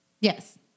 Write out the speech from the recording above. Yes